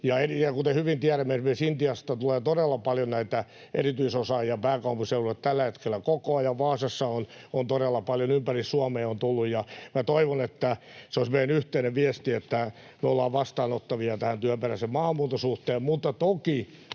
Kuten hyvin tiedämme, esimerkiksi Intiasta tulee todella paljon erityisosaajia pääkaupunkiseudulle tällä hetkellä koko ajan, Vaasassa on todella paljon, ympäri Suomea on tullut. Minä toivon, että se olisi meidän yhteinen viesti, että me ollaan vastaanottavia tämän työperäisen maahanmuuton suhteen,